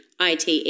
ITE